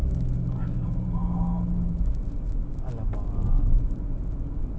ah recording dia masih ongoing it's just that kan on the phone pun boleh